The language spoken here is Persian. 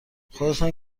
خودتان